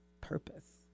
purpose